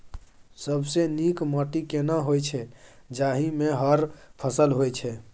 सबसे नीक माटी केना होय छै, जाहि मे हर फसल होय छै?